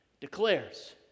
declares